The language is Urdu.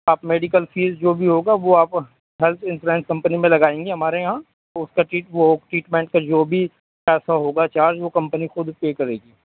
آپ میڈیکل فیس جو بھی ہوگا وہ آپ ہیلتھ انشورنس کمپنی میں لگائیں گی ہمارے یہاں اور اس کا وہ ٹریٹمنٹ کا جو بھی پیسہ ہوگا چارج وہ کمپنی خود پے کرے گی